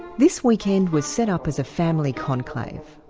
this weekend was set up as a family conclave,